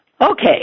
Okay